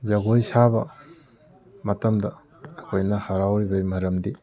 ꯖꯒꯣꯏ ꯁꯥꯕ ꯃꯇꯝꯗ ꯑꯩꯈꯣꯏꯅ ꯍꯔꯥꯎꯔꯤꯕꯩ ꯃꯔꯝꯗꯤ